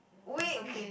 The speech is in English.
week